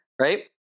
right